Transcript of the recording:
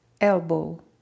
elbow